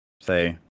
Say